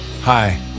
Hi